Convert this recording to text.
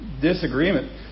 disagreement